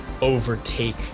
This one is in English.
overtake